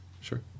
Sure